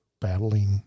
battling